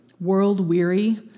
world-weary